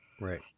Right